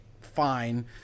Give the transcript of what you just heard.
fine